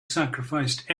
sacrificed